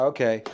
Okay